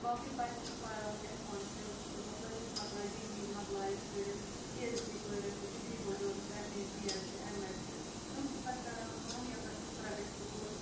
باقٕے بَچہٕ یِم پَران لٮ۪کھان چھِ یِمو پٔرِتھ مَکلیٛے ڈِگری مَکلایَکھ کٔرِتھ پی اٮ۪چ ڈی کٔرٕکھ ڈِگری ہولڈٲرٕس چھِ اٮ۪م اے بی اٮ۪ڈ چھِ اٮ۪م اٮ۪ڈ چھِ تٕم چھِ پَتہٕ کَران کٲم یا گژھَن پرٛایوٹ سکوٗل